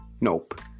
nope